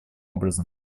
образом